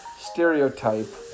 stereotype